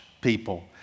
people